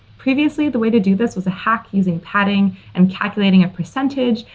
previously, the way to do this was a hack using padding and calculating a percentage.